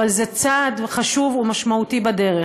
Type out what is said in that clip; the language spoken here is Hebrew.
אבל זה צעד חשוב ומשמעותי בדרך.